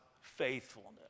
faithfulness